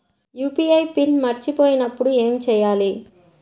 UPI PIN మరచిపోయినప్పుడు ఏమి చేయాలి?